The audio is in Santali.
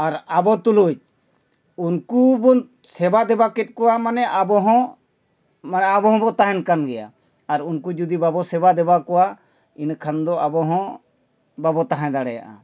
ᱟᱨ ᱟᱵᱚ ᱛᱩᱞᱩᱡ ᱩᱱᱠᱩ ᱵᱚᱱ ᱥᱮᱵᱟ ᱫᱮᱵᱟ ᱠᱮᱫ ᱠᱚᱣᱟ ᱢᱟᱱᱮ ᱟᱵᱚ ᱦᱚᱸ ᱢᱟᱱᱮ ᱟᱵᱚ ᱦᱚᱸᱵᱚ ᱛᱟᱦᱮᱱ ᱠᱟᱱ ᱜᱮᱭᱟ ᱟᱨ ᱩᱱᱠᱩ ᱡᱩᱫᱤ ᱵᱟᱵᱚ ᱥᱮᱵᱟ ᱫᱮᱵᱟ ᱠᱚᱣᱟ ᱤᱱᱟᱹ ᱠᱷᱟᱱ ᱫᱚ ᱟᱵᱚ ᱦᱚᱸ ᱵᱟᱵᱚ ᱛᱟᱦᱮᱸ ᱫᱟᱲᱮᱭᱟᱜᱼᱟ